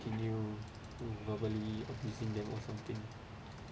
continue to verbally abusing them or something